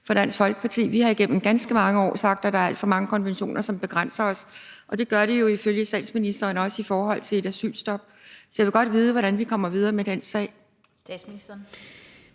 for Dansk Folkeparti? Vi har igennem ganske mange år sagt, at der er alt for mange konventioner, som begrænser os. Og det gør de jo ifølge statsministeren også i forhold til et asylstop. Så jeg vil godt vide, hvordan vi kommer videre med den sag.